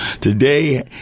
Today